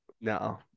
No